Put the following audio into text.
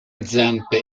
zampe